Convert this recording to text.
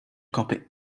copy